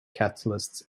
catalysts